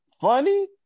funny